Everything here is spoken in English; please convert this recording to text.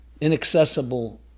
inaccessible